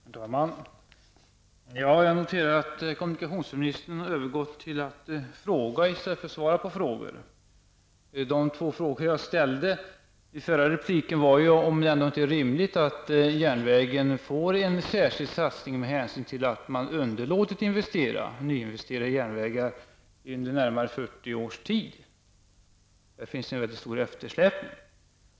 Herr talman! Jag noterar att kommunikationsministern har övergått till att fråga i stället för att svara på frågor. I min förra replik ställde jag två frågor. Jag frågade om det ändå inte är rimligt att järnvägen får en särskild satsning med hänsyn till att man underlåtit att nyinvestera i järnvägar under närmare 40 års tid. Där finns en stor eftersläpning.